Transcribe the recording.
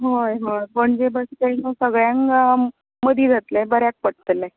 हय हय Panaji bus stand सगळ्यांक मदीं जातलें सगळ्यांक बऱ्याक पडटलें